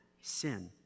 sin